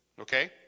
Okay